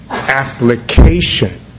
application